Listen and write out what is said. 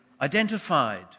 identified